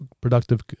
productive